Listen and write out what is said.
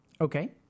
okay